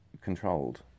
controlled